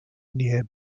near